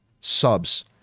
subs